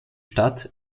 stadt